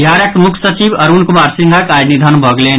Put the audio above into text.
बिहारक मुख्य सचिव अरूण कुमार सिंहक आई निधन भऽ गेलनि